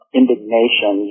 indignation